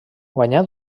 guanyà